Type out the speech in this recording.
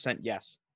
yes